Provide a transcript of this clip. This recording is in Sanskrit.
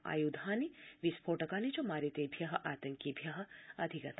आयुधानि विस्फोटकानि च मारितेभ्य आतंकिभ्य अधिगता